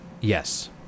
Yes